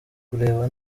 kureba